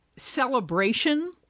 celebration